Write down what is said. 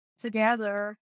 together